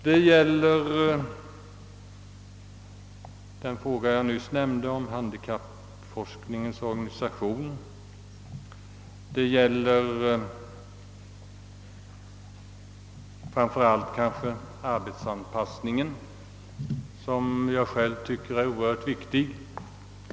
Det gäller den fråga jag nyss tog upp, handikappforskningens <=: organisation, och kanske framför allt arbetsanpass ningen som jag själv anser vara oerhört viktig.